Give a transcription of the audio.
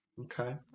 Okay